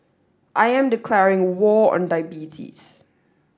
I am declaring war on diabetes